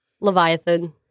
Leviathan